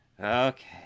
Okay